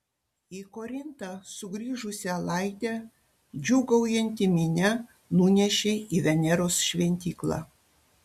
į korintą sugrįžusią laidę džiūgaujanti minia nunešė į veneros šventyklą